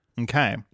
Okay